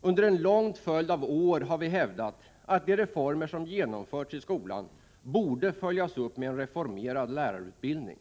Under en lång följd av år har vi hävdat att de reformer som genomförts i skolan borde följas upp med en reformerad lärarutbildning.